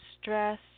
stress